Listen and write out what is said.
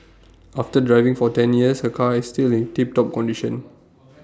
after driving for ten years her car is still in tip top condition